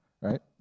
right